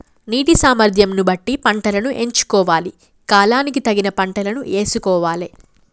నీటి సామర్థ్యం ను బట్టి పంటలను ఎంచుకోవాలి, కాలానికి తగిన పంటలను యేసుకోవాలె